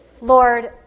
Lord